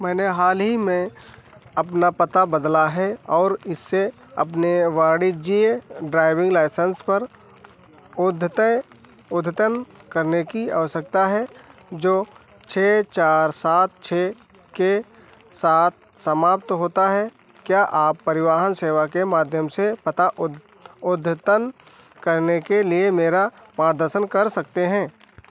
मैंने हाल ही में अपना पता बदला है और इसे अपने वाणिज्यिक ड्राइविन्ग लाइसेन्स पर उद्धतय अद्यतन करने की आवश्यकता है जो छह चार सात छह के साथ समाप्त होता है क्या आप परिवहन सेवा के माध्यम से पता उ अद्यतन करने के लिए मेरा मार्गदर्शन कर सकते हैं